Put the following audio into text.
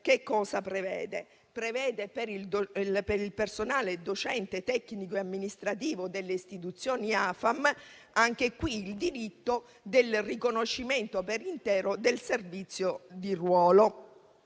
che prevede, per il personale docente tecnico e amministrativo delle istituzioni AFAM, il diritto al riconoscimento per intero del servizio pre-ruolo